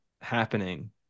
happening